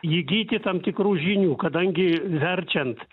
įgyti tam tikrų žinių kadangi verčiant